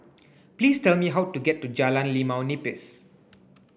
please tell me how to get to Jalan Limau Nipis